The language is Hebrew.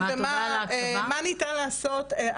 (שקף: מה ניתן לעשות לגבי פערי שכר?).